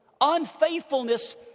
unfaithfulness